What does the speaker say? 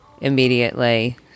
immediately